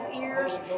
ears